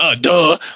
Duh